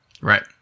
Right